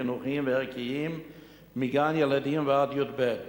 חינוכיים וערכיים מגן-ילדים ועד י"ב,